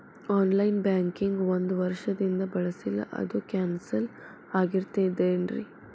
On line banking ಒಂದ್ ವರ್ಷದಿಂದ ಬಳಸಿಲ್ಲ ಅದು ಕ್ಯಾನ್ಸಲ್ ಆಗಿರ್ತದೇನ್ರಿ?